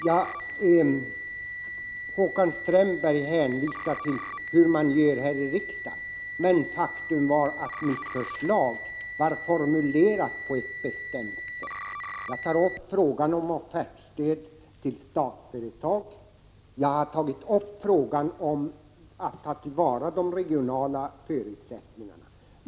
Herr talman! Håkan Strömberg hänvisar till hur vi gör här i riksdagen. Men faktum är att mitt förslag var formulerat på ett bestämt sätt. Jag har tagit upp frågan om offertstöd till Statsföretag och om att ta till vara de regionala förutsättningarna.